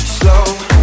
slow